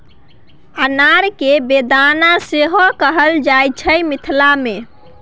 अनार केँ बेदाना सेहो कहल जाइ छै मिथिला मे